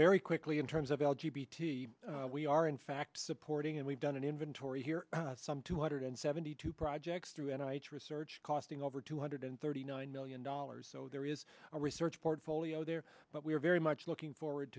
very quickly in terms of l g b t we are in fact supporting and we've done an inventory here some two hundred seventy two projects through an i t research costing over two hundred thirty nine million dollars so there is a research portfolio there but we are very much looking forward